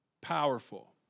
Powerful